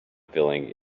feeling